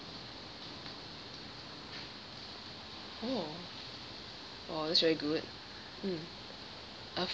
oh oh that's very good mm uh